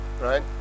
Right